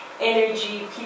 energy